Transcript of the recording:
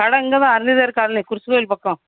கடை இங்கேதான் அரணிவேர் காலனி குருஸு கோயில் பக்கம்